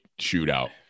shootout